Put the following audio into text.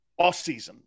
offseason